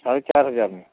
साढे़ चार हज़ार में